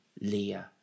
Leah